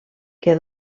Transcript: que